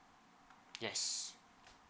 yes